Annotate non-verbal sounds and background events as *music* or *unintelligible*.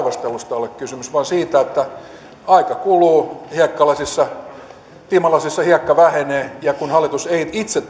ole kysymys vaan siitä että aika kuluu tiimalasissa hiekka vähenee ja kun hallitus ei itse *unintelligible*